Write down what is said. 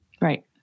Right